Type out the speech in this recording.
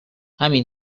همین